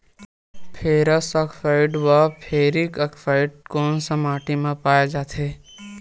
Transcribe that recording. Ferrous oxide व ferric oxide कोन सा माटी म पाय जाथे?